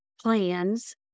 plans